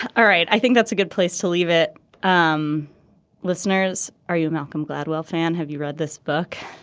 all right. i think that's a good place to leave it um listeners. are you malcolm gladwell fan. have you read this book.